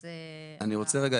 אני רוצה רגע,